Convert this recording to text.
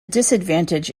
disadvantage